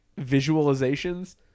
visualizations